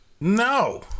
No